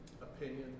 opinion